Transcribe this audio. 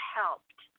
helped